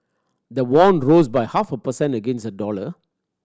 the won rose by half a per cent against the dollar